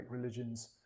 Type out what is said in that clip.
religions